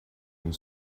and